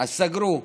אז סגרו.